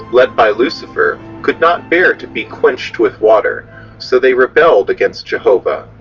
led by lucifer could not bear to be quenched with water so they rebelled against jehovah.